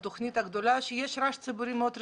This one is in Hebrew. בתוכנית הגדולה, שיש רעש ציבורי מאוד רציני.